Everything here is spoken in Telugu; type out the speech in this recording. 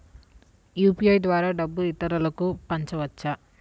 యూ.పీ.ఐ ద్వారా డబ్బు ఇతరులకు పంపవచ్చ?